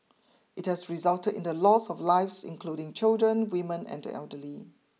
it has resulted in the loss of lives including children women and the elderly